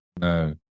No